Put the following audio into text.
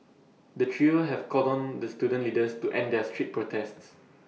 the trio have called on the student leaders to end their street protests